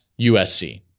USC